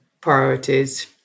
priorities